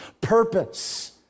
purpose